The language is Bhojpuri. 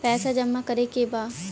पैसा जमा करे के बा?